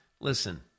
listen